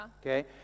Okay